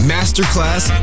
Masterclass